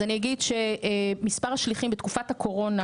אז אני אגיד שמספר השליחים בתקופת הקורונה,